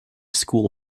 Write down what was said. school